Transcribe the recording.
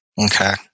Okay